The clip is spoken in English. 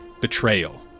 betrayal